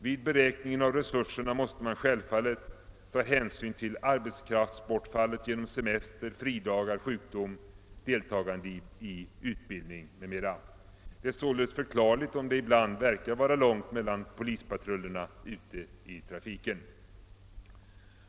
Vid beräkningen av resurserna måste man självfallet ta hänsyn till arbetskraftsbortfallet genom semester, fridagar, sjukdom, deltagande i utbildning m.m. Det är således förklarligt, om det ibland verkar vara långt mellan polispatrullerna ute i trafiken.